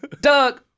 Doug